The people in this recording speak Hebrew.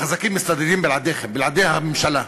החזקים מסתדרים בלעדיכם, בלעדי הממשלה.